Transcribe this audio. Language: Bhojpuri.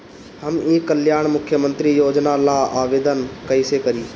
हम ई कल्याण मुख्य्मंत्री योजना ला आवेदन कईसे करी?